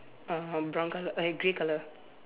uh brown color eh grey color